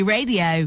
Radio